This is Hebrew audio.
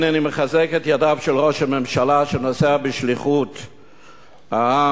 הנני מחזק את ידיו של ראש הממשלה שנוסע בשליחות העם,